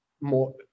more